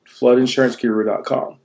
floodinsuranceguru.com